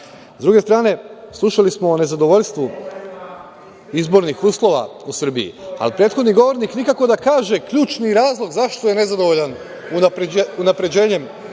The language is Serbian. druge strane, slušali smo o nezadovoljstvu izbornih uslova u Srbiji. Ali, prethodni govornik nikako da kaže ključni razlog zašto je nezadovoljan unapređenjem